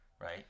Right